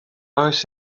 oes